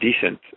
decent